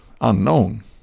unknown